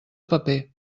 paper